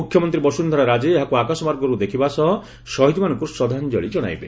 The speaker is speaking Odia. ମୁଖ୍ୟମନ୍ତ୍ରୀ ବସୁନ୍ଧରା ରାଜେ ଏହାକୁ ଆକାଶମାର୍ଗରୁ ଦେଖିବା ସହ ଶହୀଦମାନଙ୍କୁ ଶ୍ରଦ୍ଧାଞ୍ଚଳି ଜଣାଇବେ